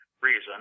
reason